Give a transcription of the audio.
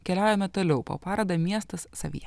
keliaujame toliau po parodą miestas savyje